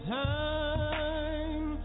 time